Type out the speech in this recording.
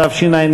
התשע"ג